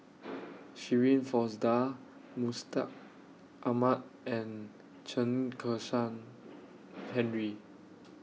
Shirin Fozdar Mustaq Ahmad and Chen Kezhan Henri